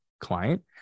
client